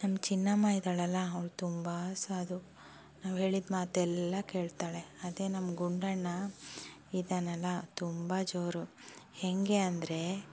ನಮ್ಮ ಚಿನ್ನಮ್ಮ ಇದ್ದಾಳಲ್ಲ ಅವ್ಳು ತುಂಬ ಸಾಧು ನಾವ್ಹೇಳಿದ ಮಾತೆಲ್ಲ ಕೇಳ್ತಾಳೆ ಅದೇ ನಮ್ಮ ಗುಂಡಣ್ಣ ಇದ್ದಾನಲ್ಲ ತುಂಬ ಜೋರು ಹೇಗೆ ಅಂದರೆ